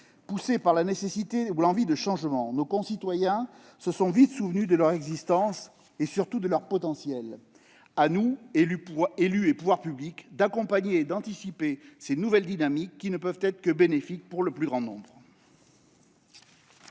Poussés par la nécessité ou par l'envie de changement, nos concitoyens se sont vite souvenus de leur existence et, surtout, de leur potentiel. À nous, élus et pouvoirs publics, d'accompagner et d'anticiper ces nouvelles dynamiques, qui ne peuvent être que bénéfiques pour le plus grand nombre.